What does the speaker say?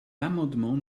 l’amendement